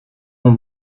ont